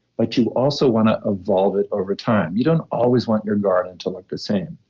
but you also want to evolve it over time. you don't always want your garden to look the same.